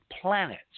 planets